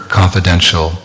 confidential